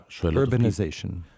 Urbanization